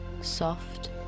Soft